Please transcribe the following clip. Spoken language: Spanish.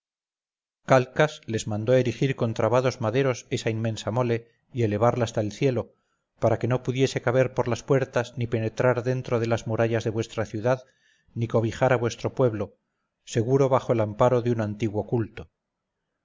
calcas les mandó erigir con trabados maderos esa inmensa mole y elevarla hasta el cielo para que no pudiese caber por las puertas ni penetrar dentro de las murallas de vuestra ciudad ni cobijar a vuestro pueblo seguro bajo el amparo de un antiguo culto